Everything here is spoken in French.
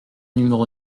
numéro